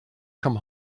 come